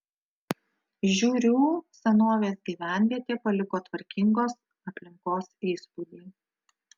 žiūrių senovės gyvenvietė paliko tvarkingos aplinkos įspūdį